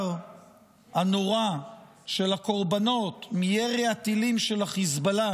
הנורא של הקורבנות מירי הטילים של החיזבאללה